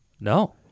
no